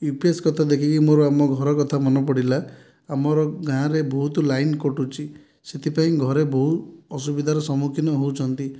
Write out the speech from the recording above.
UPS କଥା ଦେଖିକି ମୋର ଆମ ଘର କଥା ମନେ ପଡ଼ିଲା ଆମର ଗାଁ ରେ ବହୁତ ଲାଇନ କଟୁଛି ସେଥିପାଇଁ ଘରେ ବହୁ ଅସୁବିଧାର ସମ୍ମୁଖୀନ ହେଉଛନ୍ତି